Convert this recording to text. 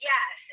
Yes